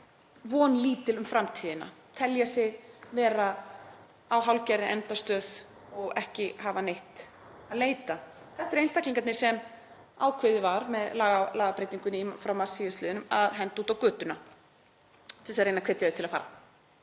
vonlítil um framtíðina, telja sig vera á hálfgerðri endastöð og ekki hafa neitt að leita. Þetta eru einstaklingarnir sem ákveðið var með lagabreytingunni í mars síðastliðnum að henda út á götuna til að reyna að hvetja þau til að fara.